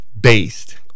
based